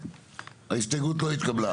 ההסתייגות לא התקבלה.